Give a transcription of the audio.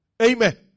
Amen